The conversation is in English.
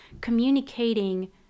communicating